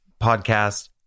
podcast